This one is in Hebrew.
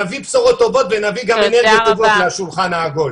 נביא בשורות טובות ונביא גם אנרגיות טובות לשולחן העגול.